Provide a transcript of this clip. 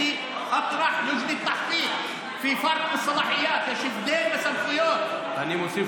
מכיוון שאני רוצה